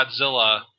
Godzilla